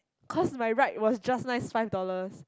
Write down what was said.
cause my ride was just nice five dollar